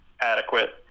adequate